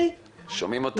משלט